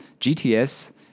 GTS